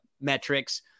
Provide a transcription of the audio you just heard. metrics